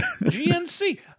GNC